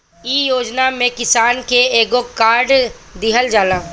इ योजना में किसान के एगो कार्ड दिहल जाला